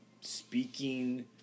speaking